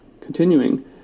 continuing